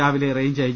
രാവിലെ range I